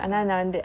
ah